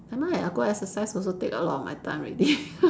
never mind I go exercise also take a lot of my time already